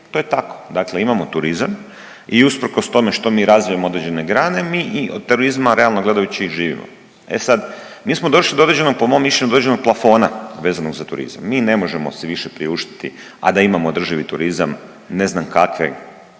to je tako. Dakle, imamo turizam i usprkos tome što mi razvijamo određene grane mi od turizma realno gledajući živimo. E sad, mi smo došli do određenog po mom mišljenju određenog plafona vezano za turizam. Mi ne možemo si više priuštiti a da imamo održivi turizam ne znam kakve